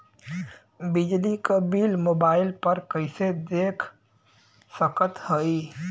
बिजली क bill mobile पर कईसे देख सकत हई?